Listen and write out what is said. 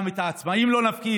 גם את העצמאים לא נפקיר.